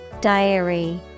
Diary